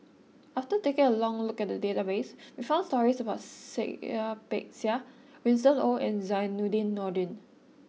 after taking a look at the database we found stories about Seah Peck Seah Winston Oh and Zainudin Nordin